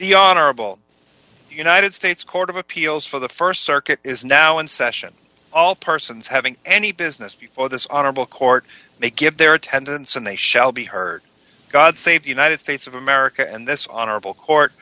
the honorable united states court of appeals for the st circuit is now in session all persons having any business before this honorable court make it their attendance and they shall be heard god save the united states of america and this honorable court